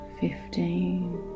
fifteen